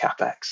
capex